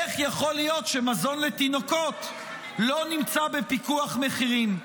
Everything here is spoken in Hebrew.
איך יכול להיות שמזון לתינוקות לא נמצא בפיקוח מחירים?